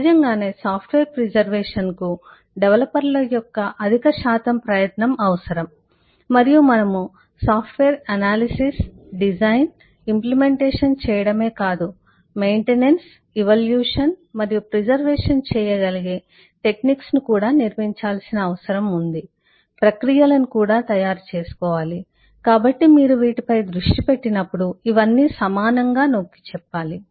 సహజంగానే software preservation కు డెవలపర్ల యొక్క అధిక శాతం ప్రయత్నం అవసరం మరియు మనము సాఫ్ట్వేర్ విశ్లేషించడం మరియు రూపకల్పన చేయడం మరియు అమలు చేయడమే కాదు మేము మెయింటెనెన్స్ ఇవల్యూషన్ మరియు ప్రిజర్వేషన్ చేయగలిగే టెక్నిక్స్technique సాంకేతికతను కూడా నిర్మించాల్సిన అవసరం ఉంది మీరు మన ప్రక్రియలను కూడా తయారు చేసుకోవాలి కాబట్టి మీరు వీటిపై దృష్టి పెట్టినప్పుడు ఇవన్నీ సమానంగా నొక్కి చెప్పాలి